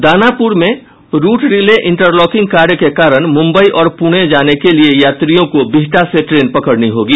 दानापुर में route relay interlocking कार्य के कारण मुम्बई और प्रणे जाने के लिये यात्रियों को बिहटा से ट्रेन पकड़नी होगी